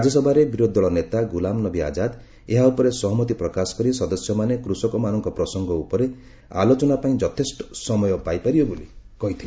ରାଜ୍ୟସଭାରେ ବିରୋଧୀଦଳ ନେତା ଗୁଲାମନବୀ ଆଜାଦ ଏହା ଉପରେ ସହମତି ପ୍ରକାଶ କରି ସଦସ୍ୟମାନେ କୃଷକମାନଙ୍କ ପ୍ରସଙ୍ଗ ଉପରେ ଆଲୋଚନା ପାଇଁ ଯଥେଷ୍ଟ ସମୟ ପାଇପାରିବେ ବୋଲି କହିଥିଲେ